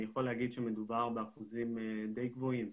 אני יכול להגיד שמדובר באחוזים די גבוהים.